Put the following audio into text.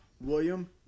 william